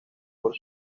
por